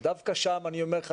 ודווקא שם אני אומר לך,